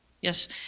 Yes